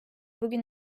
bugün